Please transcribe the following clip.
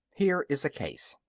here is a case.